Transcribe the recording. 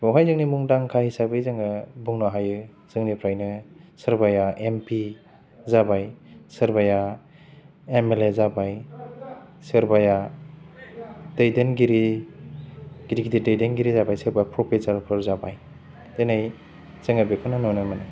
बहाय जोंनि मुंदांखा हिसाबै जोङो बुंनो हायो जोंनिफ्रायनो सोरबाया एम पि जाबाय सोरबाया एम एल ए जाबाय सोरबाया दैदेनगिरि गिदिर गिदिर दैदेनगिरि जाबाय सोरबाया प्रफेसार फोर जाबाय दिनै जोङो बेखौनो नुनो मोनो